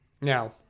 Now